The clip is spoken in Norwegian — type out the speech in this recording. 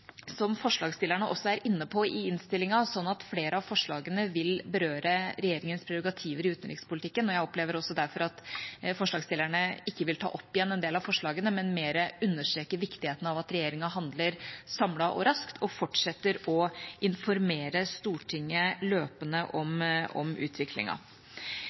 sånn at flere av forslagene vil berøre regjeringas prerogativer i utenrikspolitikken. Jeg opplever også derfor at forslagsstillerne ikke vil ta opp igjen en del av forslagene, men mer understreke viktigheten av at regjeringa handler samlet og raskt og fortsetter å informere Stortinget løpende om